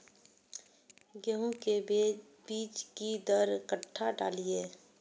गेंहू के बीज कि दर कट्ठा डालिए?